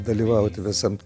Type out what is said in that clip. dalyvauti visam